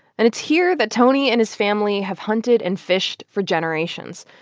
and it's here that tony and his family have hunted and fished for generations.